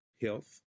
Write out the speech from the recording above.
Health